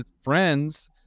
friends